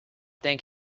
think